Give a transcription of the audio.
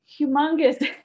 humongous